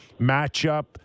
matchup